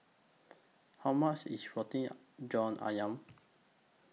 How much IS Roti John Ayam